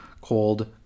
called